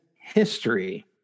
history